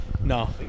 No